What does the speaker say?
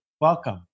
Welcome